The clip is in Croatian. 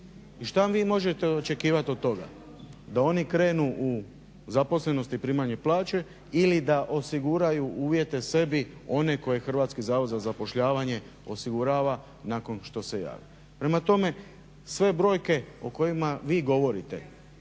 šta vi možete očekivati od toga, da oni krenu u zaposlenost i primanje plaće ili da osiguraju uvjete sebi one koje je Hrvatski zavod za zapošljavanje osigurava nakon što se javi. Prema tome, sve brojke o kojima vi govorite